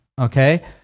okay